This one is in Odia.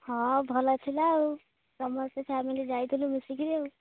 ହଁ ଭଲ ଥିଲା ଆଉ ସମସ୍ତେ ଫ୍ୟାମିଲି ଯାଇଥିଲୁ ମିଶିକିରି ଆଉ